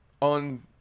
on